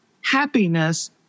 happiness